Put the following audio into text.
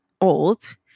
old